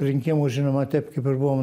rinkimų žinoma taip kaip ir buvom